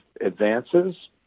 advances